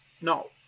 No